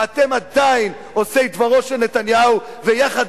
ואתם עדיין עושי דברו של נתניהו, ויחד